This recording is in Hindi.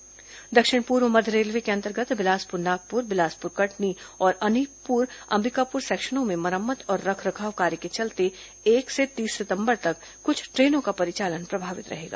दक्षिण पूर्व मध्य रेलवे के अंतर्गत बिलासपुर नागपुर बिलासपुर कटनी और अनूपपुर अंबिकापुर सेक्शनों में मरम्मत और रखरखाव कार्य के चलते एक से तीस सितंबर तक कुछ ट्रेनों का परिचालन प्रभावित रहेगा